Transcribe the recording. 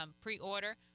pre-order